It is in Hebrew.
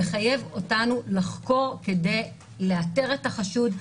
זה מחייב אותנו לחקור כדי לאתר את החשוד,